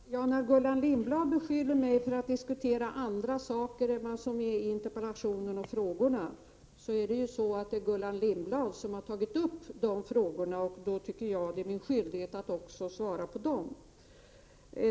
Herr talman! När Gullan Lindblad beskyller mig för att diskutera andra saker än dem som behandlas i interpellationen och frågorna vill jag säga att det ju är Gullan Lindblad som har tagit upp frågorna, och jag tycker att det är min skyldighet att besvara dem.